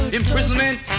imprisonment